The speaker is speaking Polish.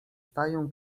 stają